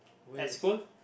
at school